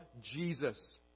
Jesus